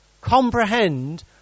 comprehend